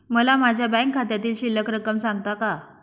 मला माझ्या बँक खात्यातील शिल्लक रक्कम सांगता का?